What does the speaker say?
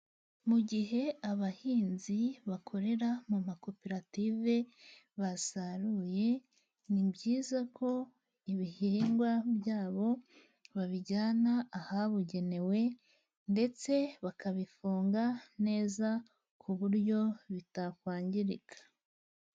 Mu gihe abahinzi bakorera mu makoperative basaruye, ni byiza ko ibihingwa byabo babijyana ahabugenewe ndetse bakabifunga neza ku buryo bitakwangirika.